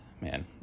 man